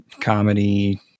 comedy